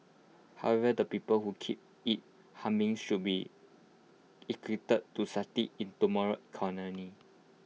however the people who keep IT humming should be equipped to succeed in tomorrow's economy